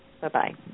Bye-bye